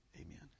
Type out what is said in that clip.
Amen